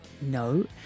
No